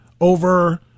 over